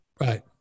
Right